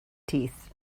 teeth